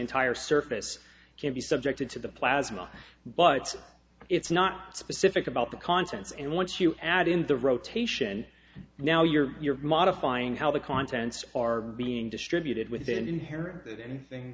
entire surface can be subjected to the plasma but it's not specific about the contents and once you add in the rotation now you're modifying how the contents are being distributed within inherited anything